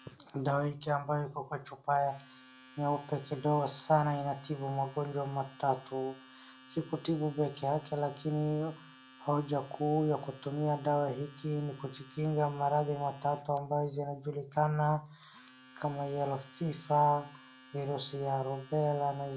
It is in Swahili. Dawa hiki ambayo iko chupa nyeupe kidogo sana inatibu magonjwa matatu. Sikutibu pekee lakini hoja kuu ya akutumia dawa hiki hujikinga maradhi matatu ambazo zinachulikana kama Yellow Fever virusi ya Lubera na zingine[.]